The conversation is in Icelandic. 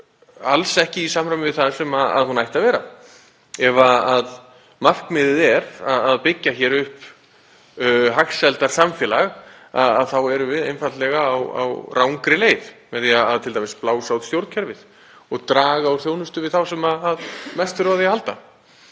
alls ekki í samræmi við það sem hún ætti að vera. Ef markmiðið er að byggja upp hagsældarsamfélag þá erum við einfaldlega á rangri leið með því að t.d. blása út stjórnkerfið og draga úr þjónustu við þá sem mest þurfa á henni að halda.